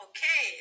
Okay